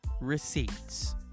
receipts